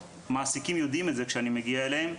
המעסיקים יודעים את זה כשאני מגיע אליהם.